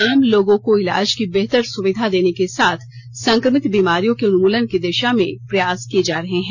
आम लोगों को इलाज की बेहतर सुविधा देने के साथ संक्रमित बीमारियों के उन्मूलन की दिशा में प्रयास किए जा रहे हैं